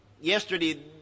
yesterday